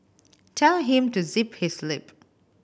tell him to zip his lip